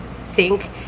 Sink